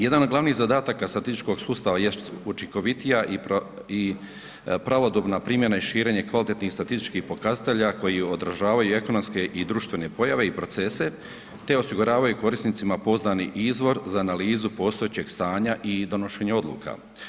Jedan od glavnih zadataka statističkog sustava jest učinkovitija i pravodobna primjena i širenje kvalitetnih statističkih pokazatelja koji održavaju ekonomske i društvene pojave i procese te osiguravaju korisnika poznani izvor za analizu postojećeg stanja i donošenja odluka.